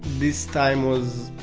this time was